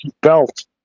belt